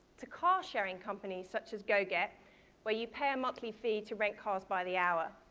to car-sharing companies such as goget, where you pay a monthly fee to rent cars by the hour,